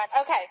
Okay